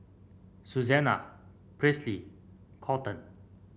Susanne Presley Colton